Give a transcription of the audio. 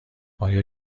آیا